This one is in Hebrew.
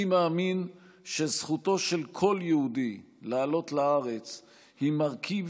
אני מאמין שזכותו של כל יהודי לעלות לארץ היא מרכיב